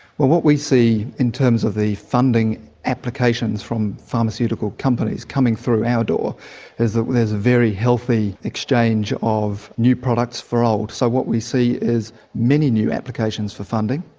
what what we see in terms of the funding applications from pharmaceutical companies coming through our door is that there is a very healthy exchange of new products for old. so what we see is many new applications for funding,